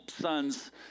son's